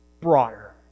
broader